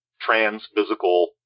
trans-physical